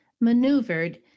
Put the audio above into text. maneuvered